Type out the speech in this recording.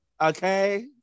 Okay